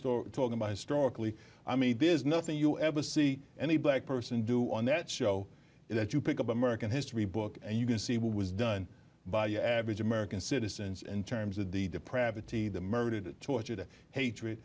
we're talking about historically i mean there's nothing you ever see any black person do on that show that you pick up american history book and you can see what was done by your average american citizens in terms of the depravity the murder the tortured hatred